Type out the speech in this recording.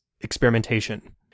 experimentation